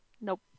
Nope